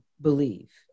believe